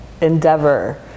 endeavor